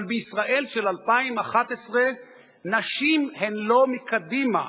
אבל בישראל של 2011 נשים הן לא מקדימה,